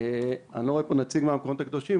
אני לא רואה פה נציג מהמקומות הקדושים,